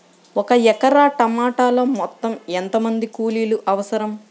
ఒక ఎకరా టమాటలో మొత్తం ఎంత మంది కూలీలు అవసరం?